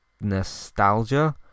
nostalgia